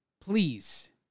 please